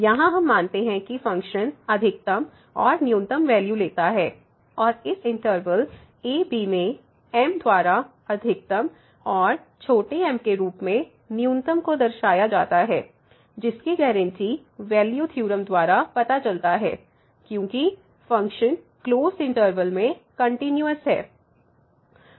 यहाँ हम मानते हैं कि फ़ंक्शन अधिकतम और न्यूनतम वैल्यू लेता है और इस इंटर्वल a b में M द्वारा अधिकतम और m के रूप में न्यूनतम को दर्शाया जाता है जिसकी गारंटी वैल्यू थ्योरम द्वारा पता चलता है क्योंकि फ़ंक्शन क्लोसड इंटरवल में कंटिन्यूस है